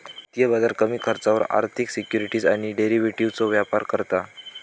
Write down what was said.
वित्तीय बाजार कमी खर्चावर आर्थिक सिक्युरिटीज आणि डेरिव्हेटिवजचो व्यापार करता